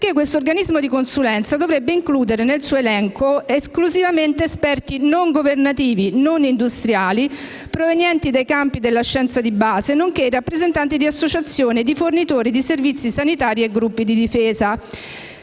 Questo organismo di consulenza dovrebbe includere nel suo elenco esclusivamente esperti non governativi e non industriali provenienti dai campi della scienza di base, nonché i rappresentanti di associazioni di fornitori di servizi sanitari e gruppi di difesa.